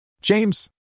James